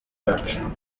bacu